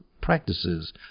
practices